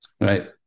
Right